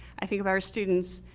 i think about our students.